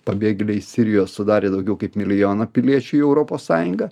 pabėgėliai sirijo sudarė daugiau kaip milijoną piliečių į europos sąjungą